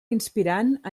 inspirant